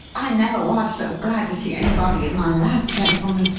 i never was so glad to see anybody in my life, gentlemen,